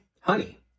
honey